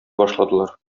башладылар